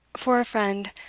for a friend,